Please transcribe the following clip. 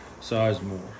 Sizemore